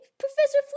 Professor